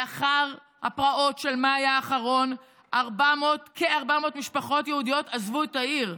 לאחר הפרעות של מאי האחרון כ-400 משפחות יהודיות עזבו את העיר,